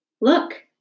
look